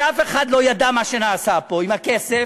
שאף אחד לא ידע מה שנעשה פה עם הכסף?